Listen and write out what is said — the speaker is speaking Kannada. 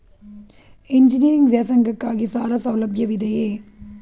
ಎಂಜಿನಿಯರಿಂಗ್ ವ್ಯಾಸಂಗಕ್ಕಾಗಿ ಸಾಲ ಸೌಲಭ್ಯವಿದೆಯೇ?